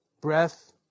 Breath